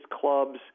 clubs